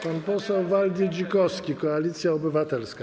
Pan poseł Waldy Dzikowski, Koalicja Obywatelska.